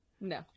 No